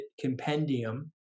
compendium